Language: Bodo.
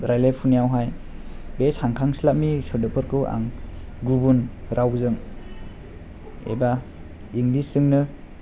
रायलायफुनायावहाय बे सानखांस्लाबि सोदोबफोरखौ आं गुबुन रावजों एबा इंलिस जोंनो